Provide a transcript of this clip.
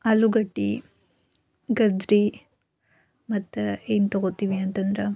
ಆಲೂಗಡ್ಡೆ ಗಜ್ರಿ ಮತ್ತು ಏನು ತಗೋತೀವಿ ಅಂತಂದ್ರೆ